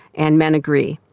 and men agree.